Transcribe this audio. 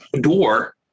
door